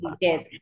yes